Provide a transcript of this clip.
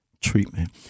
treatment